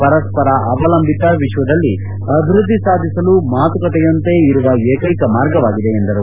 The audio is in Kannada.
ಪರಸ್ಪರ ಅವಲಂಬಿತ ವಿಶ್ವದಲ್ಲಿ ಅಭಿವೃದ್ದಿ ಸಾಧಿಸಲು ಮಾತುಕತೆಯೊಂದೆ ಇರುವ ಏಕೈಕ ಮಾರ್ಗವಾಗಿದೆ ಎಂದರು